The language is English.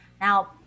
Now